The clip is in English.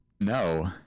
No